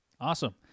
Awesome